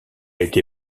été